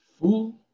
Fool